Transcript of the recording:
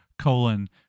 colon